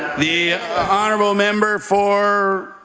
the honourable member for